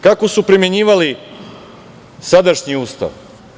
Kako su primenjivali sadašnji Ustav?